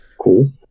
Cool